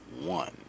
one